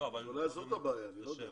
--- אולי זאת הבעיה, אני לא יודע.